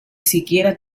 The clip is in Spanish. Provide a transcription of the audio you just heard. siquiera